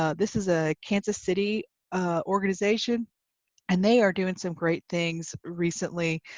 ah this is a kansas city organization and they are doing some great things recently,